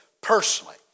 personally